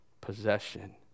possession